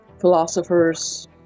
philosophers